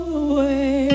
away